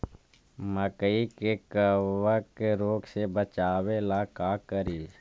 मकई के कबक रोग से बचाबे ला का करि?